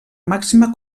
màxima